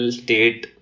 state